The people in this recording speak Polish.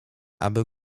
aby